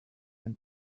and